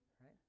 Right